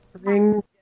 ring